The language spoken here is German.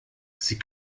sie